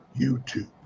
YouTube